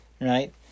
right